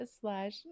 slash